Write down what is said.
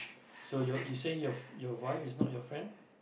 so you're you saying your wife is not your friend